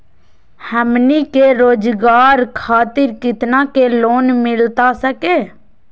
हमनी के रोगजागर खातिर कितना का लोन मिलता सके?